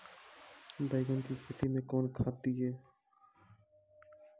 बैंगन की खेती मैं कौन खाद दिए?